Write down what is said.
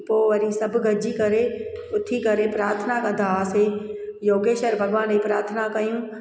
उहो पोइ वरी सभु गॾिजी करे उथी करे प्राथना कंदा हुआसीं योगेश्वर भॻवान जी प्राथना कयूं